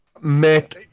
met